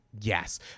yes